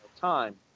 time